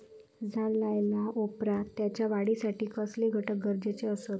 झाड लायल्या ओप्रात त्याच्या वाढीसाठी कसले घटक गरजेचे असत?